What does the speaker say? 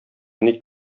ник